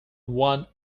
one